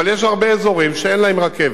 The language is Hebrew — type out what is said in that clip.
אבל יש הרבה אזורים שאין להם רכבת.